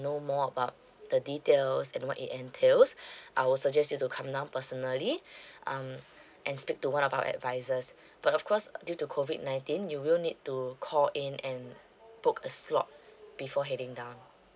know more about the details and what it entails I will suggest you to come down personally um and speak to one of our advisors but of course due to COVID nineteen you will need to call in and book a slot before heading down